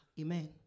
Amen